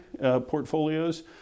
portfolios